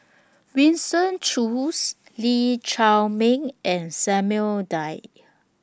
Winston Choos Lee Chiaw Meng and Samuel Dyer